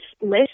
list